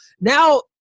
Now